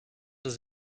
does